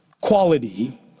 quality